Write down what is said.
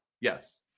Yes